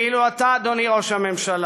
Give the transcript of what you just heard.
ואילו אתה, אדוני ראש הממשלה,